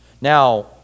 Now